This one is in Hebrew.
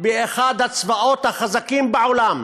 באחד הצבאות החזקים בעולם.